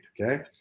okay